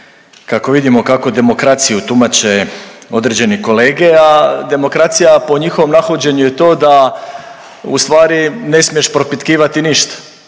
kako vidimo kako demokraciju tumače određeni kolege, a demokracija po njihovom nahođenju je to da u stvari ne smiješ propitkivati ništa